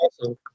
awesome